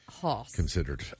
considered